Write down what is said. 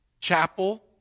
chapel